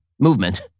movement